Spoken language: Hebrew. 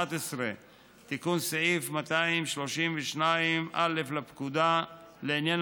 11. תיקון סעיף 232א לפקודה לעניין